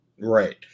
Right